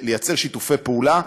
ליצור שיתופי פעולה,